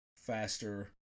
faster